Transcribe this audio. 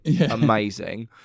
Amazing